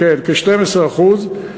כן, כ-12%.